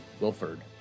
Wilford